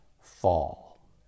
fall